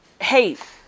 hate